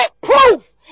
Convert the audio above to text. proof